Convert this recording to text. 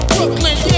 Brooklyn